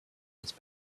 his